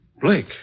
Blake